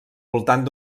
voltant